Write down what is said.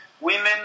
women